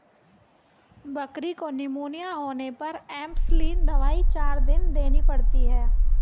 बकरी को निमोनिया होने पर एंपसलीन दवाई चार दिन देनी पड़ती है